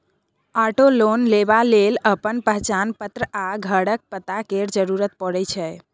auto loan लेबा लेल अपन पहचान पत्र आ घरक पता केर जरुरत परै छै